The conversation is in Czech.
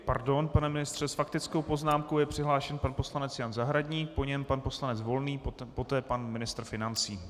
Pardon, pane ministře, s faktickou poznámkou je přihlášen pan poslanec Jan Zahradník, po něm pan poslanec Volný, poté pan ministr financí.